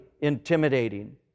intimidating